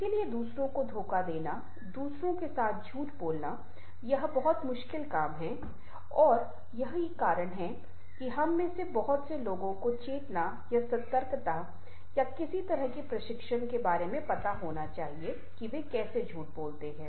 इसलिए दूसरों को धोखा देना दूसरों के साथ झूठ बोलना यह बहुत मुश्किल काम है और यही कारण है कि हम में से बहुत से लोगों को चेतना या सतर्कता या किसी तरह के प्रशिक्षण के बारे में पता होना चाहिए कि कैसे झूठ बोलना है